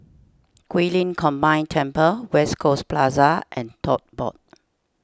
Guilin Combined Temple West Coast Plaza and Tote Board